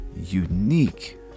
unique